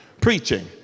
Preaching